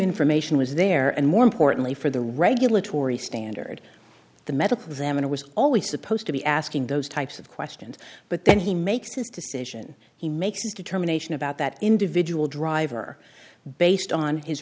information was there and more importantly for the regulatory standard the medical examiner was always supposed to be asking those types of questions but then he makes his decision he makes his determination about that individual driver based on his